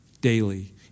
daily